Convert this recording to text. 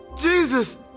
Jesus